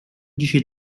dzisiaj